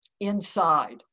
Inside